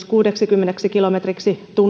kuudeksikymmeneksi kilometriksi